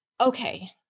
okay